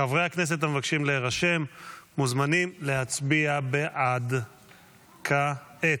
חברי הכנסת המעוניינים להירשם מוזמנים להצביע בעד כעת.